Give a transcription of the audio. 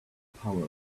power